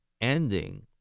ending